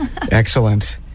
excellent